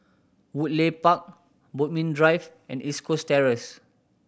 Woodleigh Park Bodmin Drive and East Coast Terrace